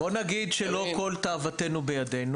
בוא נגיד שלא כל תאוותנו בידינו,